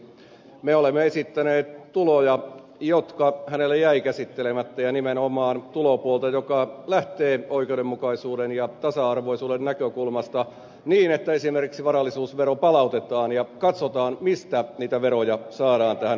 me olemme esittäneet tuloja jotka hänellä jäivät käsittelemättä ja nimenomaan tulopuolta joka lähtee oikeudenmukaisuuden ja tasa arvoisuuden näkökulmasta niin että esimerkiksi varallisuusvero palautetaan ja katsotaan mistä niitä veroja saadaan tähän yhteiskuntaan